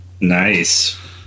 Nice